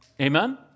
Amen